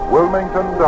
Wilmington